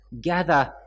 gather